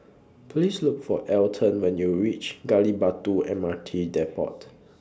Please Look For Elton when YOU REACH Gali Batu M R T Depot